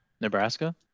Nebraska